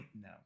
No